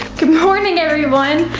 good morning everyone!